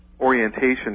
orientation